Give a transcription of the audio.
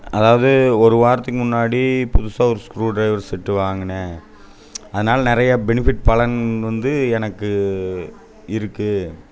அதாவது ஒரு வாரத்துக்கு முன்னாடி புதுசாக ஒரு ஸ்க்ரூ ட்ரைவர் செட்டு வாங்குனேன் அதனால் நிறையா பெனிஃபிட் பலன் வந்து எனக்கு இருக்குது